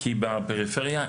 כי בפריפריה,